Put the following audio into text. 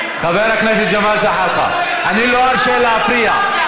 חבר הכנסת ג'מאל זחאלקה, אני לא ארשה להפריע.